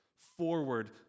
forward